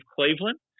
Cleveland